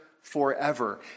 forever